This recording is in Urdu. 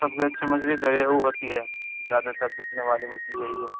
سب سے اچھی مچھلی تو ریہو ہوتی ہے زیادہ تر بکنے والی مچھلی یہی ہے